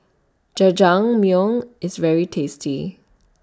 Jajangmyeon IS very tasty